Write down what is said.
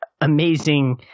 amazing